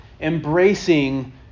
embracing